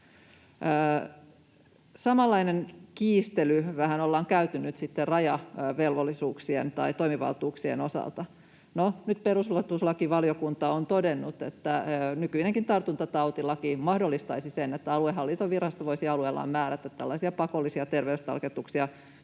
Samanlainen kiistely vähän ollaan käyty nyt sitten rajavelvollisuuksien tai ‑toimivaltuuksien osalta. No, nyt perustuslakivaliokunta on todennut, että nykyinenkin tartuntatautilaki mahdollistaisi sen, että aluehallintovirasto voisi alueillaan määrätä tällaisia pakollisia terveystarkastuksia